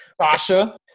Sasha